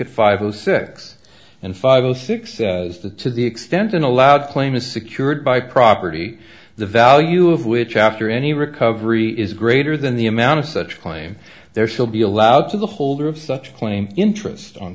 at five o six and five zero six as to to the extent an allowed claim is secured by property the value of which after any recovery is greater than the amount of such a claim there shall be allowed to the holder of such a claim interest on